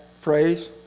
phrase